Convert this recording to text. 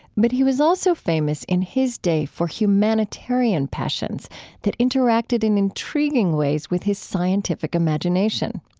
but he was also famous in his day for humanitarian passions that interacted in intriguing ways with his scientific imagination.